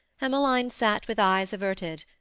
emmeline sat with eyes averted,